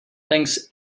thanks